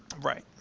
right